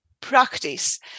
practice